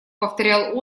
повторял